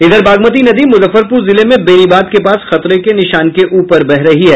इधर बागमती नदी मुजफ्फरपुर जिले में बेनीबाद के पास खतरे के निशान के ऊपर बह रही है